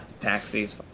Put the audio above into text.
taxis